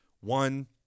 one